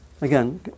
Again